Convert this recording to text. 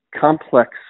complex